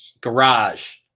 Garage